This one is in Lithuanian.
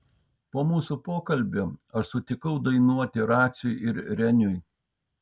po mūsų pokalbio aš sutikau dainuoti raciui ir reniui